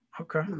okay